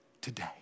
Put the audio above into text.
today